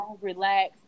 relax